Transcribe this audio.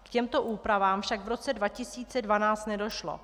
K těmto úpravám však v roce 2012 nedošlo.